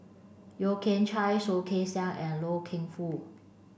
Yeo Kian Chai Soh Kay Siang and Loy Keng Foo